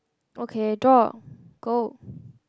okay draw go